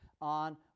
on